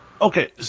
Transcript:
okay